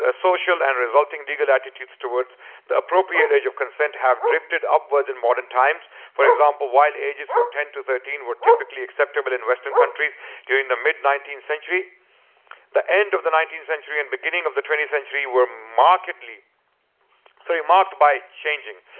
ah social and resulting legal attitudes towards the appropriate age of consent have drifted upwards in modern times for example while ages from ten to thirteen were typically acceptable in western countries during the mid nineteenth century the end of the nineteenth century and beginning of the twentieth century were marked sort of by changing.